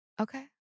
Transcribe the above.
Okay